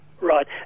Right